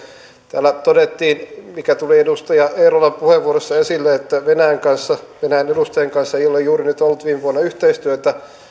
täällä todettiin mikä tuli edustaja eerolan puheenvuorossa esille että venäjän edustajien kanssa ei ole juuri nyt ollut viime vuonna yhteistyötä